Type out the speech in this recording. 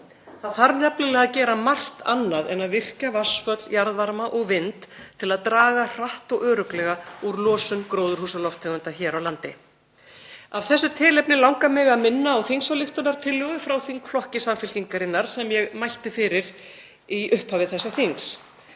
Það þarf nefnilega að gera margt annað en að virkja vatnsföll, jarðvarma og vind til að draga hratt og örugglega úr losun gróðurhúsalofttegunda hér á landi. Af þessu tilefni langar mig að minna á þingsályktunartillögu frá þingflokki Samfylkingarinnar sem ég mælti fyrir í upphafi þessa þings.